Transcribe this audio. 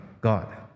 God